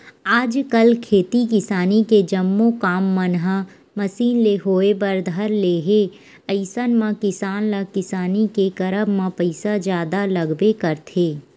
आजकल खेती किसानी के जम्मो काम मन ह मसीन ले होय बर धर ले हे अइसन म किसान ल किसानी के करब म पइसा जादा लगबे करथे